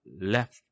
left